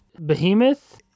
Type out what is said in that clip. Behemoth